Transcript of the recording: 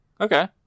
Okay